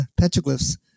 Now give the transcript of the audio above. petroglyphs